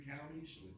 counties